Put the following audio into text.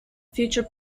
future